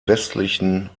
westlichen